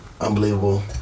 unbelievable